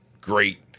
great